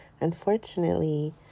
Unfortunately